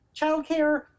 childcare